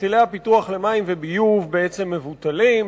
היטלי הפיתוח למים וביוב בעצם מבוטלים,